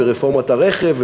וברפורמת הרכב,